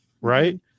Right